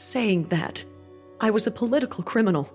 saying that i was a political criminal